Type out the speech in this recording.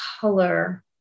color